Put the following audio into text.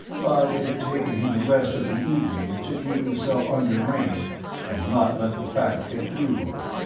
but it had taken him the rest of the evening to keep himself under rein and not let the fact get through to her.